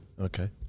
Okay